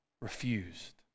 refused